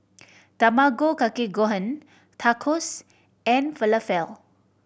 Tamago Kake Gohan Tacos and Falafel